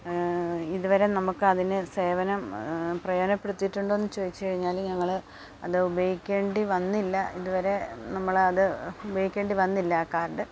ഇതുവരെ നമുക്ക് അതിന് സേവനം പ്രയോജനപ്പെടുത്തിയിട്ടുണ്ടോ എന്ന് ചോദിച്ചുകഴിഞ്ഞാൽ ഞങ്ങൾ അത് ഉപയോഗിക്കേണ്ടി വന്നില്ല ഇതുവരെ നമ്മളത് ഉപയോഗിക്കേണ്ടി വന്നില്ല ആ കാർഡ്